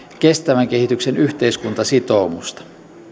kestävän kehityksen yhteiskuntasitoumusta